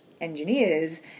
engineers